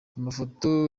amafoto